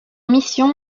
mission